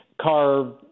car